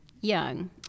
young